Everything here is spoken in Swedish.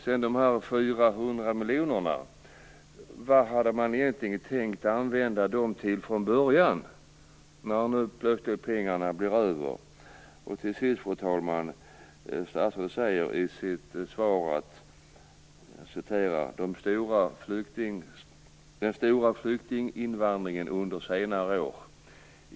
Vad hade man från början egentligen tänkt att använda de 400 miljonerna till, när de nu plötsligt blev över? Fru talman! Till sist talar statsrådet i sitt svar om "den stora flyktinginvandringen under senare år".